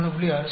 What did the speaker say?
1 93